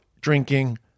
drinking